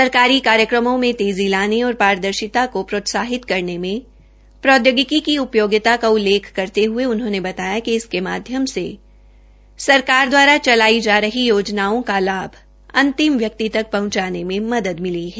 सरकारी कार्यक्रमों मैं तेज़ी लाने और पारदर्शिता को प्रोत्साहित करने मे प्रौद्योगिकी की उपयोगिता का उल्लेख करते हये उन्होंने बताया कि इसके माध्यम से सरकार द्वारा चलाई जा रही योजनाओं का लाभ अंतिम व्यक्त तक पहुंचाने में मदद मिली है